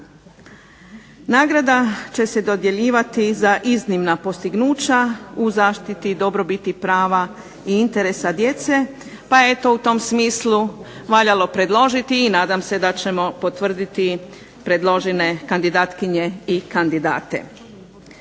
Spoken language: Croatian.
Nagrada će se dodjeljivati za iznimna postignuća u zaštiti i dobrobiti prava i interesa djece pa je eto u tom smislu valjalo predložiti i nadam se da ćemo potvrditi predložene kandidatkinje i kandidate.